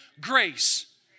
grace